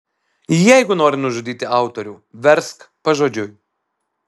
jeigu nori nužudyti autorių versk pažodžiui